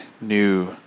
new